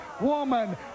Woman